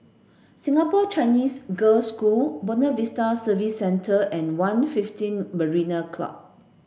Singapore Chinese Girls' School Buona Vista Service Centre and One fifteen Marina Club